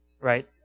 Right